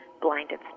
blinded